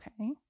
Okay